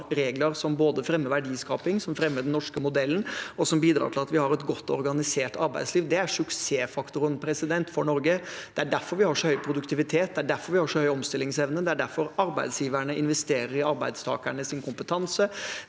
vi har regler som både fremmer verdiskaping, fremmer den norske modellen og bidrar til at vi har et godt organisert arbeidsliv. Det er suksessfaktoren for Norge. Det er derfor vi har så høy produktivitet, det er derfor vi har så høy omstillingsevne, det er derfor arbeidsgiverne investerer i arbeidstakernes kompetanse,